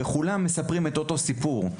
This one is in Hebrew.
וכולם מספרים את אותו הסיפור.